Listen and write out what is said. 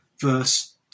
verse